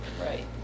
Right